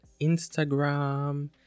instagram